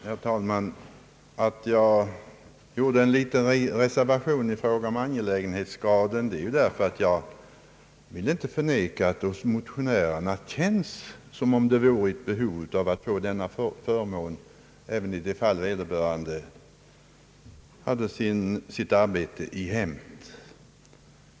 Herr talman! Att jag gjorde en liten reservation i fråga om angelägenhetsgraden berodde på att jag inte vill förneka att motionärerna känner det som ett behov att denna förmån skall utgå även i de fall där vederbörande har sitt arbete i hemmet.